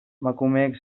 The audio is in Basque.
emakumeek